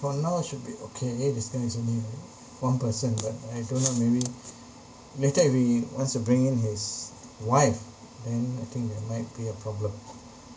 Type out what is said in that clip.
for now should be okay this guy's only one person but I don't know maybe later if he wants to bring in his wife then I think there might be a problem